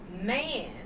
Man